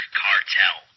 cartel